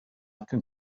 can